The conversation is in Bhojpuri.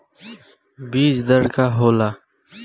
बीज दर का होला?